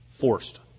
Forced